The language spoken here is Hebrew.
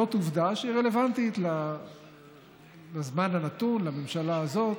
זאת עובדה שהיא רלוונטית לזמן הנתון, לממשלה הזאת.